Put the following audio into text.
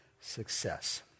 success